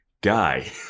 guy